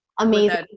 Amazing